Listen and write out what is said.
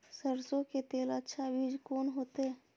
सरसों के लेल अच्छा बीज कोन होते?